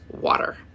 water